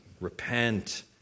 repent